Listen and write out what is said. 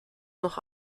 noch